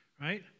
right